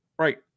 Right